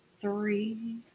three